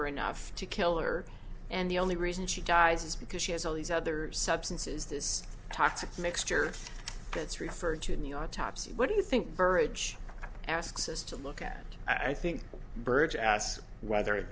her enough to kill her and the only reason she dies is because she has all these other substances this toxic mixture that's referred to in the autopsy what do you think burrage asks us to look at i think birgitte ass whether it